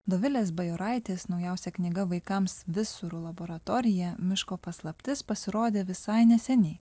dovilės bajoraitės naujausia knyga vaikams visurų laboratoriją miško paslaptis pasirodė visai neseniai